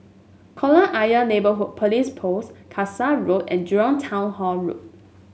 Kolam Ayer Neighbourhood Police Post Kasai Road and Jurong Town Hall Road